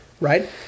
right